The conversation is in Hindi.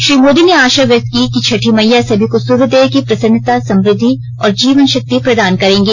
श्री मोदी ने आशा व्यक्त की कि छठी मइया सभी को सूर्य देव की प्रसन्नता समृद्धि और जीवन शक्ति प्रदान करेंगी